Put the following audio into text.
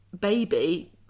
baby